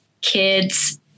kids